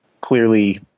clearly